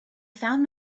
found